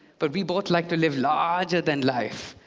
but we both like to live larger than life.